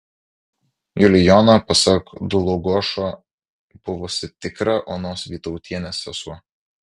julijona pasak dlugošo buvusi tikra onos vytautienės sesuo